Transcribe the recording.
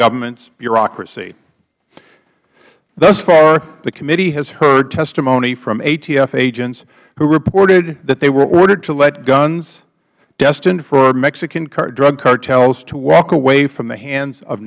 government's bureaucracy thus far the committee has heard testimony from atf agents who reported that they were ordered to let guns destined for mexican drug cartels to walk away from the hands of